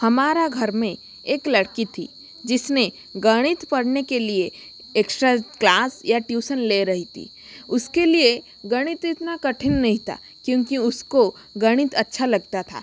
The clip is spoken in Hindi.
हमारा घर में एक लड़की थी जिसमें गणित पढ़ने के लिए एक्स्ट्रा क्लास या ट्यूशन ले रही थी उसके लिए गणित इतना कठिन नहीं था क्योंकि उसको गणित अच्छा लगता था